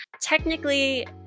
Technically